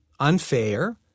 unfair